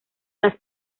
las